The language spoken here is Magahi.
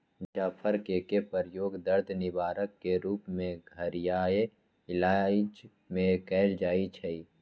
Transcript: जाफर कें के प्रयोग दर्द निवारक के रूप में घरइया इलाज में कएल जाइ छइ